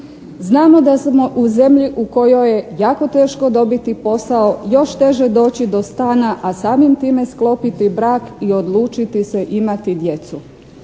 Znamo da smo u zemlji u kojoj je jako teško dobiti posao, još teže doći do stana, a samim time sklopiti brak i odlučiti se imati djecu.